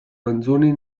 manzoni